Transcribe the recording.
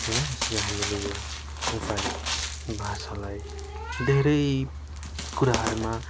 होइन यसरी हामीले यो नेपाली भाषालाई धेरै कुराहरूमा